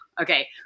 Okay